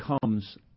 comes